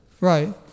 Right